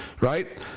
right